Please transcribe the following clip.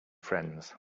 friends